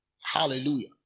Hallelujah